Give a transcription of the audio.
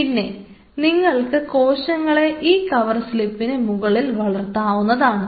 പിന്നെ നിങ്ങൾക്ക് കോശങ്ങളെ ഈ ഗ്ലാസ് കവർ സ്ലിപ്പിനു മുകളിൽ വളർത്താവുന്നതാണ്